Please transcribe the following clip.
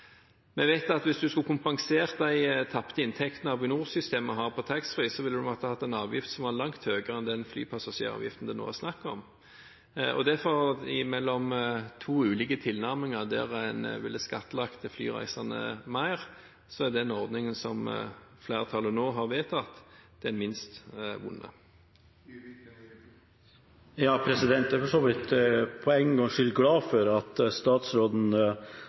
Vi vet at hvis en skulle kompensert tapet av inntektene Avinor-systemet har fra taxfree, ville en måtte ha en avgift som var langt høyere enn den flypassasjeravgiften det nå er snakk om. I valget mellom to ulike tilnærminger der en skattlegger flyreisene mer, er den ordningen som flertallet nå har vedtatt, den minst vonde. Jeg er for en gangs skyld glad for at statsråden